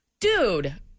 Dude